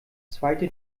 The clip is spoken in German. zweite